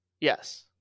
Yes